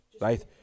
right